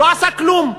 לא עשה כלום.